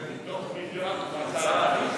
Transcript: זה מתוך 1.2 מיליארד.